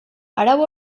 arau